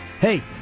Hey